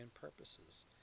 purposes